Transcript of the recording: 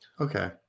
Okay